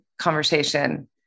conversation